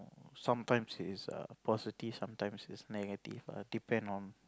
sometimes it is a positive sometimes it's negative ah depend on